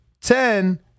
Ten